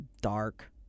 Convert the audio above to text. dark